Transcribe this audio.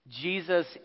Jesus